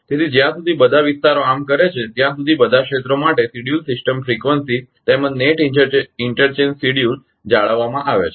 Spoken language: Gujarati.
તેથી જ્યાં સુધી બધા વિસ્તારો આમ કરે છે ત્યાં સુધી બધા ક્ષેત્રો માટે શેડ્યૂલ સિસ્ટમ ફ્રીક્વન્સીઝ તેમજ નેટ ઇન્ટરચેંજ શેડ્યૂલ જાળવવામાં આવે છે